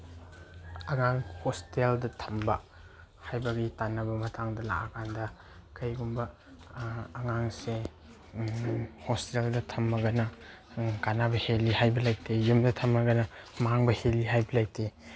ꯑꯉꯥꯡ ꯍꯣꯁꯇꯦꯜꯗ ꯊꯝꯕ ꯍꯥꯏꯕꯒꯤ ꯇꯥꯅꯕ ꯃꯇꯥꯡꯗ ꯂꯥꯛꯑꯀꯥꯟꯗ ꯀꯩꯒꯨꯝꯕ ꯑꯉꯥꯡꯁꯦ ꯍꯣꯁꯇꯦꯜꯗ ꯊꯝꯃꯒꯅ ꯀꯥꯟꯅꯕ ꯍꯦꯜꯂꯤ ꯍꯥꯏꯕ ꯂꯩꯇꯦ ꯌꯨꯝꯗ ꯊꯝꯃꯒꯅ ꯃꯥꯡꯕ ꯍꯦꯜꯂꯤ ꯍꯥꯏꯕ ꯂꯩꯇꯦ